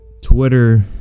twitter